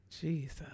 Jesus